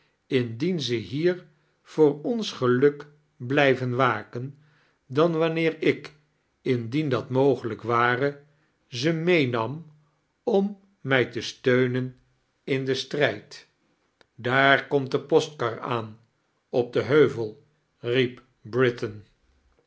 indien ze hier voor ons geluk blijven waken dan wanneer ik indien dat mogelijk ware ze meenam om mij te steunen in den stirijd daar komt de postkar aan op den heuvel